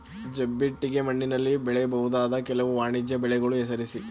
ಜಂಬಿಟ್ಟಿಗೆ ಮಣ್ಣಿನಲ್ಲಿ ಬೆಳೆಯಬಹುದಾದ ಕೆಲವು ವಾಣಿಜ್ಯ ಬೆಳೆಗಳನ್ನು ಹೆಸರಿಸಿ?